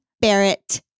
Barrett